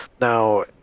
now